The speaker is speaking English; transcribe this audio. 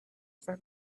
for